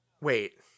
wait